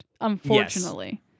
unfortunately